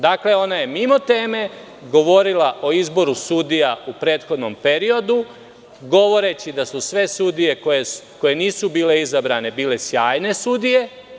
Dakle, ona je mimo teme govorila o izboru sudija u prethodnom periodu, govoreći da su sve sudije koje nisu bile izabrane bile sjajne sudije.